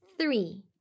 three